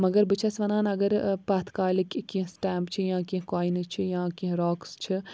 مگر بہٕ چھَس وَنان اَگر پَتھ کالِکۍ کیٚنٛہہ سٕٹٮ۪مپ چھِ یا کیٚنٛہہ کوینٕز چھِ یا کیٚنٛہہ راکٕس چھِ